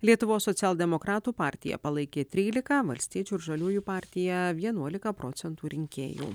lietuvos socialdemokratų partija palaikė trylika valstiečių ir žaliųjų partija vienuolika procentų rinkėjų